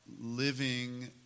living